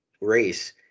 race